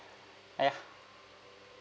ya